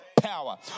power